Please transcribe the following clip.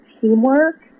teamwork